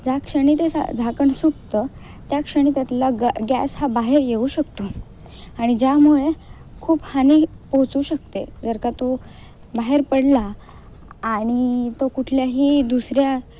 ज्या क्षणी ते सा झाकण सुटतं त्या क्षणी त्यातला ग गॅस हा बाहेर येऊ शकतो आणि ज्यामुळे खूप हानी पोचू शकते जर का तो बाहेर पडला आणि तो कुठल्याही दुसऱ्या